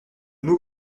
mots